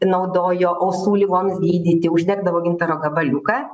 naudojo ausų ligoms gydyti uždegdavo gintaro gabaliuką